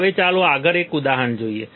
હવે ચાલો આગળ એક ઉદાહરણ જોઈએ